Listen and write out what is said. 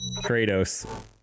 Kratos